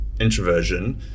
introversion